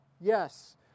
Yes